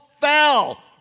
fell